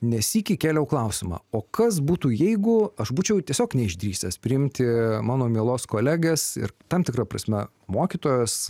ne sykį kėliau klausimą o kas būtų jeigu aš būčiau tiesiog neišdrįsęs s priimti mano mielos kolegės ir tam tikra prasme mokytojas